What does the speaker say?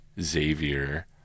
Xavier